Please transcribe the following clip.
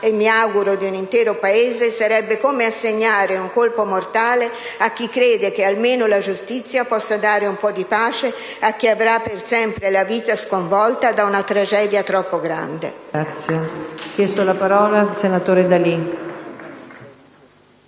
e, mi auguro, di un intero Paese, sarebbe come assegnare un colpo mortale a chi crede che almeno la giustizia possa dare un po' di pace a chi avrà per sempre la vita sconvolta da una tragedia troppo grande. *(Applausi dai Gruppi PD e M5S).*